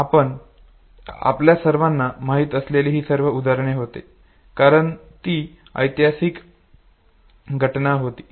आपल्या सर्वांना माहित असलेली ही सर्व उदाहरणे होती कारण ती इतिहासातील ऐतिहासिक घटना होती